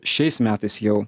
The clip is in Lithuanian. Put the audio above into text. šiais metais jau